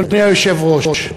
אדוני היושב-ראש,